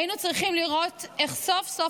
היינו צריכים לראות איך סוף-סוף,